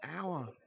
hour